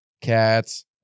cats